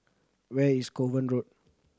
where is Kovan Road